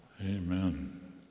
Amen